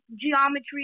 Geometry